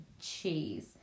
cheese